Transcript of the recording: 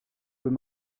peut